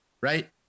Right